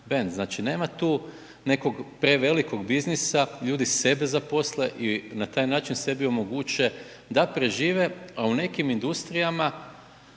band, znači nema tu nekog prevelikog biznisa, ljudi sebe zaposle i na taj način sebi omoguće da prežive, a u nekim industrijama